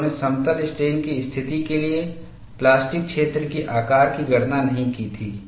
उन्होंने समतल स्ट्रेन की स्थिति के लिए प्लास्टिक क्षेत्र के आकार की गणना नहीं की थी